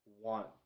want